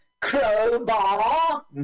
crowbar